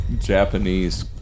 Japanese